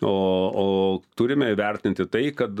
o o turime įvertinti tai kad